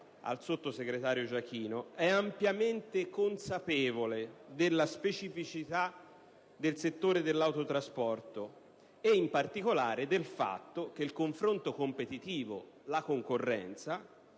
al sottosegretario Giachino: «L'Autorità è ampiamente consapevole della specificità del settore dell'autotrasporto e, in particolare, del fatto che il confronto competitivo non debba